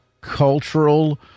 cultural